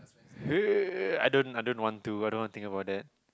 I don't I don't want to I don't want think about that